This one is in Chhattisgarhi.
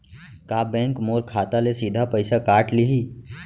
का बैंक मोर खाता ले सीधा पइसा काट लिही?